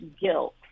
guilt